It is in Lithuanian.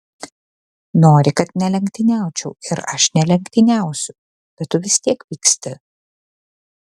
nori kad nelenktyniaučiau ir aš nelenktyniausiu bet tu vis tiek pyksti